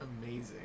amazing